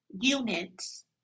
units